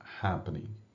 happening